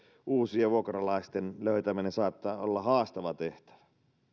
uusien vuokralaisten löytäminen saattaa olla haastava tehtävä